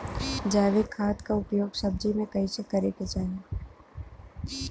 जैविक खाद क उपयोग सब्जी में कैसे करे के चाही?